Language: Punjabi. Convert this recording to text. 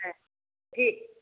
ਹਾਂ ਠੀਕ